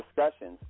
discussions